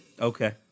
okay